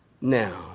Now